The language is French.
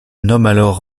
max